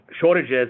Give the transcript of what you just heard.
shortages